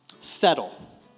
settle